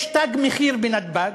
יש "תג מחיר" בנתב"ג,